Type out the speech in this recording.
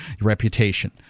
reputation